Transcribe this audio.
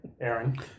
Aaron